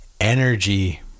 energy